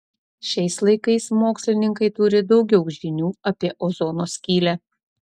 šiais laikais mokslininkai turi daugiau žinių apie ozono skylę